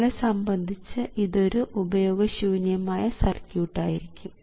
നമ്മളെ സംബന്ധിച്ച് ഇതൊരു ഉപയോഗശൂന്യമായ സർക്യൂട്ട് ആയിരിക്കും